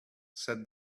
said